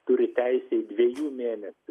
turi teisę į dviejų mėnesių